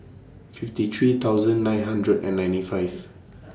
fifty three thousand nine hundred and ninety five